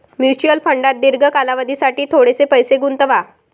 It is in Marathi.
म्युच्युअल फंडात दीर्घ कालावधीसाठी थोडेसे पैसे गुंतवा